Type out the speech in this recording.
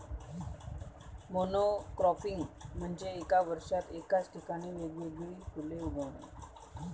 monocropping म्हणजे एका वर्षात एकाच ठिकाणी वेगवेगळी फुले उगवणे